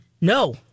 No